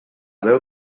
veu